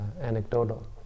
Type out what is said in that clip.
anecdotal